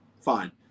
fine